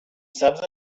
سبز